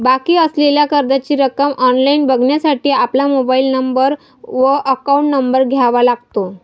बाकी असलेल्या कर्जाची रक्कम ऑनलाइन बघण्यासाठी आपला मोबाइल नंबर व अकाउंट नंबर द्यावा लागतो